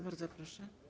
Bardzo proszę.